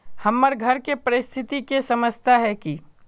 हमर घर के परिस्थिति के समझता है की?